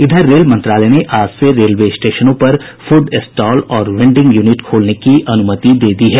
इधर रेल मंत्रालय ने आज से रेलवे स्टेशनों पर फूड स्टॉल और वेंडिंग यूनिट खोलने की अनुमति दे दी है